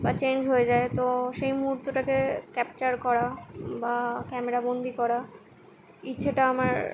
বা চেঞ্জ হয়ে যায় তো সেই মুহুর্তটাকে ক্যাপচার করা বা ক্যামেরা বন্দী করা ইচ্ছেটা আমার